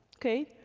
okay.